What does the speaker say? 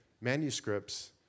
manuscripts